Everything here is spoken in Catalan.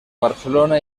barcelona